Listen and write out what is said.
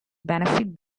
benefit